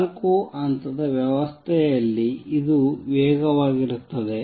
ನಾಲ್ಕು ಹಂತದ ವ್ಯವಸ್ಥೆಯಲ್ಲಿ ಇದು ವೇಗವಾಗಿರುತ್ತದೆ